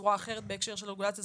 בצורה אחרת בהקשר של רגולציה.